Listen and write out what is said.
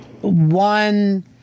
one